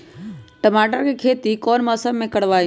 टमाटर की खेती कौन मौसम में करवाई?